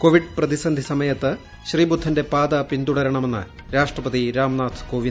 Covid പ്രതിസന്ധി സമയത്ത് ശ്രീബുദ്ധന്റെ പാത് പിന്തുടരണമെന്ന് രാഷ്ട്രപതി രാംനാഥ് കോവിന്ദ്